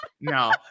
No